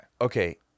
Okay